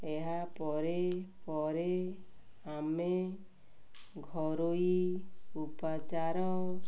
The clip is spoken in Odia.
ଏହାପରେ ପରେ ଆମେ ଘରୋଇ ଉପଚାର